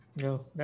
No